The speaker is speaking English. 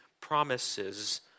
promises